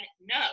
no